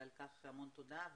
ועל כך המון תודה,